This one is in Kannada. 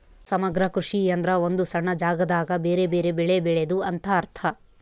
ಸಮಗ್ರ ಕೃಷಿ ಎಂದ್ರ ಒಂದು ಸಣ್ಣ ಜಾಗದಾಗ ಬೆರೆ ಬೆರೆ ಬೆಳೆ ಬೆಳೆದು ಅಂತ ಅರ್ಥ